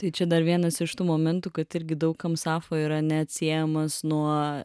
tai čia dar vienas iš tų momentų kad irgi daug kam sapfo yra neatsiejamas nuo